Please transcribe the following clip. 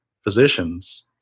physicians